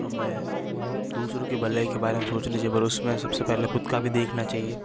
हमें दूसरों की भलाई के बारे में सोचना चाहिए पर उसमें सबसे पहले खुद का भी देखना चाहिए